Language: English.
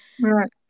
right